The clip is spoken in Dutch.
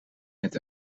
met